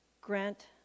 Grant